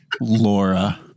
Laura